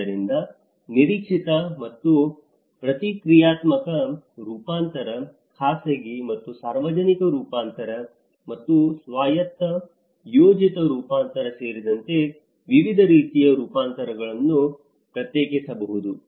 ಆದ್ದರಿಂದ ನಿರೀಕ್ಷಿತ ಮತ್ತು ಪ್ರತಿಕ್ರಿಯಾತ್ಮಕ ರೂಪಾಂತರ ಖಾಸಗಿ ಮತ್ತು ಸಾರ್ವಜನಿಕ ರೂಪಾಂತರ ಮತ್ತು ಸ್ವಾಯತ್ತ ಯೋಜಿತ ರೂಪಾಂತರ ಸೇರಿದಂತೆ ವಿವಿಧ ರೀತಿಯ ರೂಪಾಂತರಗಳನ್ನು ಪ್ರತ್ಯೇಕಿಸಬಹುದು